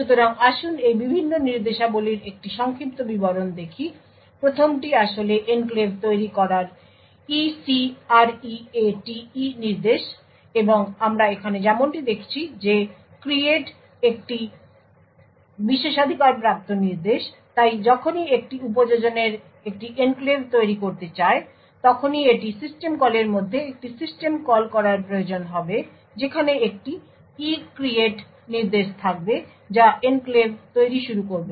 সুতরাং আসুন এই বিভিন্ন নির্দেশাবলীর একটি সংক্ষিপ্ত বিবরণ দেখি প্রথমটি আসলে এনক্লেভ তৈরি করার ECREATE নির্দেশ এবং আমরা এখানে যেমনটি দেখছি যে create একটি বিশেষাধিকারপ্রাপ্ত নির্দেশ তাই যখনই একটি উপযোজনের একটি এনক্লেভ তৈরি করতে চায় তখনই এটির সিস্টেম কলের মধ্যে একটি সিস্টেম কল করার প্রয়োজন হবে সেখানে একটি ECREATE নির্দেশ থাকবে যা এনক্লেভ তৈরি শুরু করবে